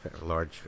large